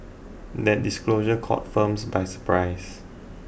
that disclosure caught firms by surprise